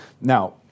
Now